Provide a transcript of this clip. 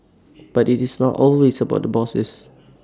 but IT is not always about the bosses